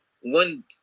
one